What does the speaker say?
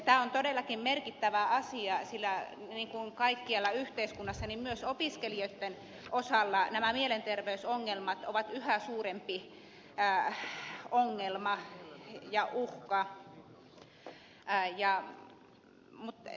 tämä on todellakin merkittävä asia sillä niin kuin kaikkialla yhteiskunnassa myös opiskelijoitten osalla nämä mielenterveysongelmat ovat yhä suurempi ongelma ja uhka